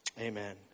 Amen